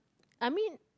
I mean